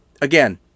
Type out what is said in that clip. again